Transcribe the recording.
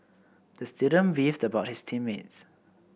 the student beefed about his team mates